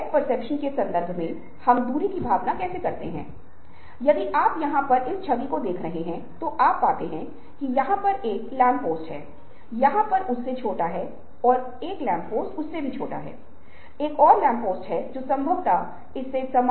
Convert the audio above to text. वे कल्पना को आतंकित करते हैं विस्तृत जटिल और जटिल उत्तेजनावादी सोच के लिए प्राथमिकता रखते हैं